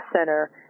center